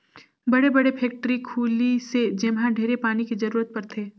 बड़े बड़े फेकटरी खुली से जेम्हा ढेरे पानी के जरूरत परथे